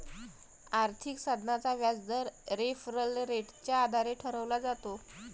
आर्थिक साधनाचा व्याजदर रेफरल रेटच्या आधारे ठरवला जातो